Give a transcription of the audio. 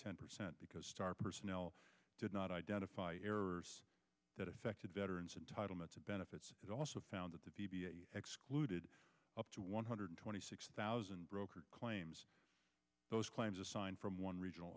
ten percent because star personnel did not identify errors that affected veterans in title months of benefits it also found that the excluded up to one hundred twenty six thousand broker claims those claims assigned from one regional